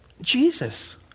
Jesus